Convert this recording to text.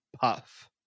Puff